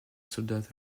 soldat